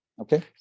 Okay